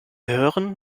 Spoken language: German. hören